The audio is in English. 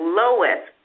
lowest